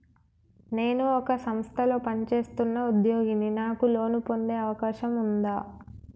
నేను ఒక సంస్థలో పనిచేస్తున్న ఉద్యోగిని నాకు లోను పొందే అవకాశం ఉందా?